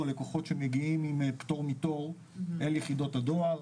הלקוחות שמגיעים עם פטור מתור אל יחידות הדואר,